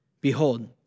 Behold